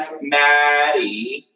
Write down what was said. Maddie